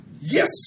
Yes